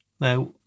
Now